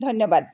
ধন্যবাদ